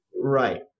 right